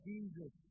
Jesus